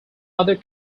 other